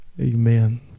amen